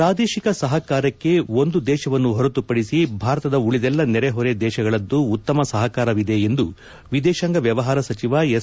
ಪ್ರಾದೇಶಿಕ ಸಹಕಾರಕ್ಕೆ ಒಂದು ದೇಶವನ್ನು ಹೊರತುಪಡಿಸಿ ಭಾರತದ ಉಳಿದೆಲ್ಲ ನೆರೆ ಹೊರೆ ದೇಶಗಳದ್ದು ಉತ್ತಮ ಸಹಕಾರವಿದೆ ಎಂದು ವಿದೇತಾಂಗ ವ್ಚವಹಾರ ಸಚಿವ ಎಸ್